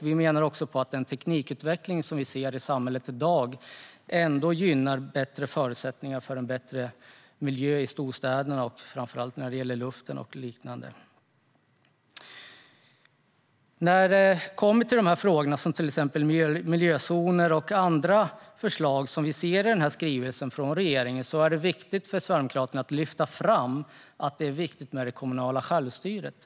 Dagens teknikutveckling gynnar större förutsättningar för en bättre luft och miljö i storstäderna. När det gäller miljözoner och andra förslag som ingår i skrivelsen från regeringen är det viktigt för Sverigedemokraterna att lyfta fram det kommunala självstyret.